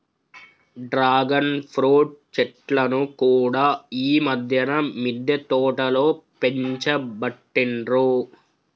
dragon fruit చెట్లను కూడా ఈ మధ్యన మిద్దె తోటలో పెంచబట్టిండ్రు